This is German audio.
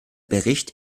bericht